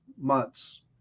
months